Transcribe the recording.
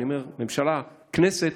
ממשלה-כנסת,